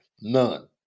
None